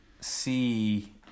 see